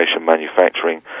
manufacturing